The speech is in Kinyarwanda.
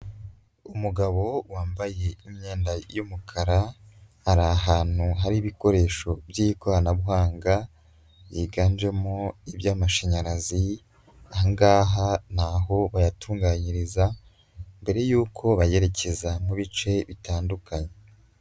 Umugabo wambaye imyenda y'umukara, ari ahantu hari ibikoresho by'ikoranabuhanga byiganjemo iby'amashanyarazi, aha ngaha ni aho bayatunganyiriza mbere y'uko bayerekeza mu bice bitandukanye.